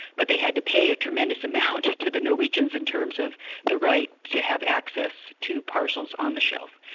but they had to pay a tremendous amount to the norwegians, in terms of the right to have access to parcels on the shelf.